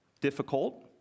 difficult